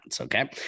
okay